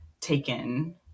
taken